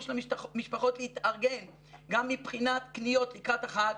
של המשפחות להתארגן גם מבחינת קניות לקראת החג,